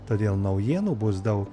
todėl naujienų bus daug